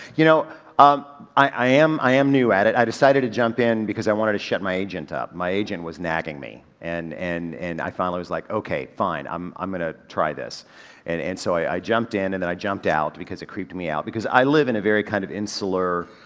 you know um i am, i am new at it. i decided to jump in because i wanted to shut my agent up. my agent was nagging me and, and, and i finally was like ok, fine, i'm i'm gonna try this and, and so i i jumped in and then i jumped out because it creeped me out because i live in a very kind of insular,